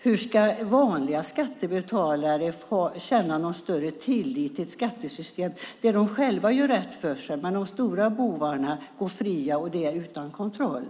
Hur ska vanliga skattebetalare kunna känna någon större tillit till ett skattesystem där de själva gör rätt för sig men där de stora bovarna går fria utan kontroll?